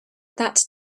that